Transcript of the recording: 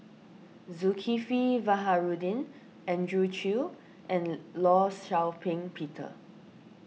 Zulkifli Baharudin Andrew Chew and Law Shau Ping Peter